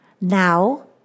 Now